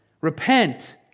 Repent